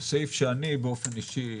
אני אישית